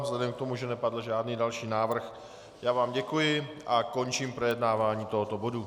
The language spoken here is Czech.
Vzhledem k tomu, že nepadl žádný další návrh, já vám děkuji a končím projednávání tohoto bodu.